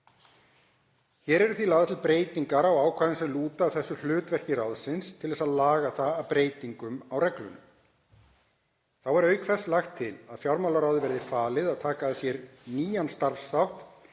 Hér eru því lagðar til breytingar á ákvæðum sem lúta að þessu hlutverki ráðsins til að laga það að breytingum á reglunum. Þá er auk þess lagt til að fjármálaráði verði falið að taka að sér nýjan starfsþátt